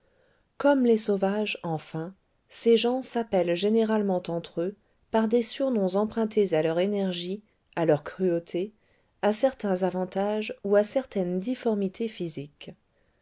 comme les sauvages enfin ces gens s'appellent généralement entre eux par des surnoms empruntés à leur énergie à leur cruauté à certains avantages ou à certaines difformités physiques